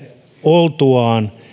oltuaan